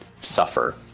Suffer